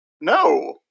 no